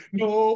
no